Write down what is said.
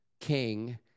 king